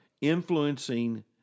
Influencing